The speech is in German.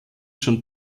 schon